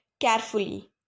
carefully